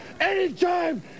Anytime